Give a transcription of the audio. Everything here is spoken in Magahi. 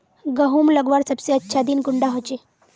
गहुम लगवार सबसे अच्छा दिन कुंडा होचे?